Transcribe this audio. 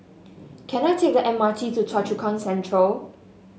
can I take the M R T to Choa Chu Kang Central